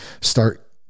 start